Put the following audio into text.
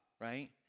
right